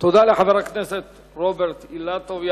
תודה לחבר הכנסת רוברט אילטוב.